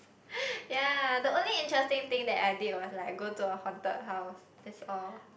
yea the only interesting thing that I did was like go the haunted house that's all